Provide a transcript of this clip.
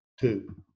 two